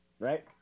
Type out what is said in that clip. right